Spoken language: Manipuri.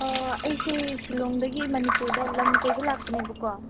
ꯑꯥ ꯑꯩꯁꯤ ꯁꯤꯜꯂꯣꯡꯗꯒꯤ ꯃꯅꯤꯄꯨꯔꯗ ꯂꯝ ꯀꯣꯏꯕ ꯂꯥꯛꯄꯅꯦꯕꯀꯣ